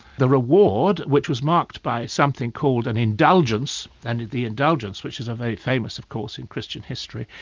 the reward, which was marked by something called an indulgence, and the indulgence which is very famous of course in christian history,